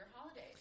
holidays